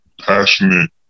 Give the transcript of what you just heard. passionate